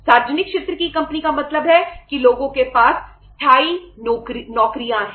सार्वजनिक क्षेत्र की कंपनी का मतलब है कि लोगों के पास स्थायी नौकरियां है